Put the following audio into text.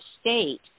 state